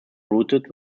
routed